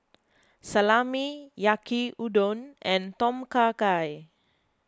Salami Yaki Udon and Tom Kha Gai